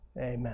Amen